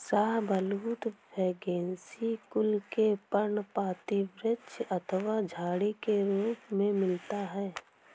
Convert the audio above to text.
शाहबलूत फैगेसी कुल के पर्णपाती वृक्ष अथवा झाड़ी के रूप में मिलता है